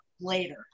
later